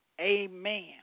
Amen